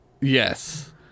Yes